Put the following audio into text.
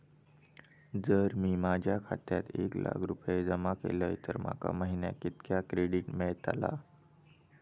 जर मी माझ्या खात्यात एक लाख रुपये जमा केलय तर माका महिन्याक कितक्या क्रेडिट मेलतला?